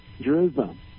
Jerusalem